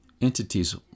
entities